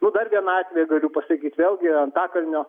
nu dar vieną atvejį galiu pasakyt vėlgi antakalnio